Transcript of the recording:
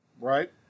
Right